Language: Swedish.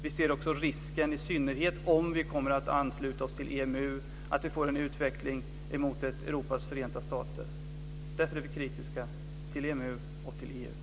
Vi ser också risken för att vi får en utveckling mot ett Europas förenta stater, i synnerhet om vi kommer att ansluta oss till EMU. Därför är vi kritiska till EMU och till EU.